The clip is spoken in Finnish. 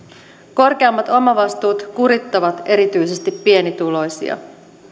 korkeammat omavastuut kurittavat erityisesti pienituloisia